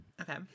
Okay